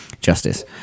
justice